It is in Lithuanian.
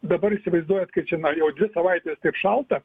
dabar įsivaizduojat kaip čia na jau dvi savaites taip šalta